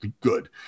good